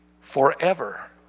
forever